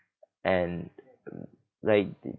and like